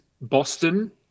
Boston